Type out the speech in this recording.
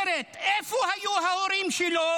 אומרת: איפה היו ההורים שלו?